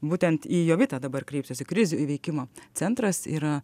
būtent į jovitą dabar kreipsiuosi krizių įveikimo centras yra